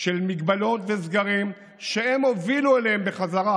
במגבלות וסגרים, שהם הובילו אליהם בחזרה,